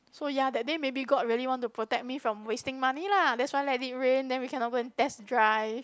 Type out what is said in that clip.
so ya that day maybe god really want to protect me from wasting money lah that's why let it rain then we cannot go and test drive